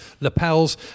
lapels